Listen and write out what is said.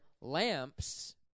lamps